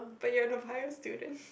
but you're the bio student